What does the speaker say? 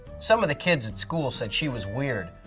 some of the kids at school said she was weird,